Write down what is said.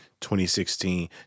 2016